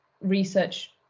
research